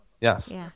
Yes